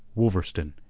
wolverstone,